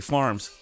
Farms